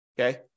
okay